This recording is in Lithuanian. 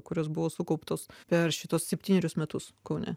kurios buvo sukauptos per šituos septynerius metus kaune